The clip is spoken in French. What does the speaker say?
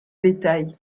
bétail